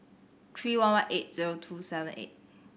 three one one eight zero two seven eight